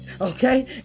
okay